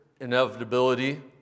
inevitability